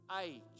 age